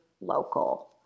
local